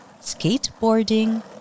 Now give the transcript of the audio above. Skateboarding